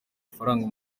ifaranga